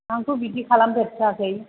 आंथ' बिदि खालामफेरथाराखै